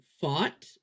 fought